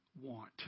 want